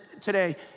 today